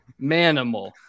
Manimal